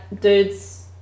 dudes